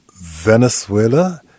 Venezuela